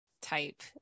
type